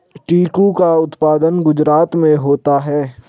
चीकू का उत्पादन गुजरात में होता है